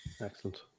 Excellent